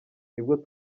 nibwo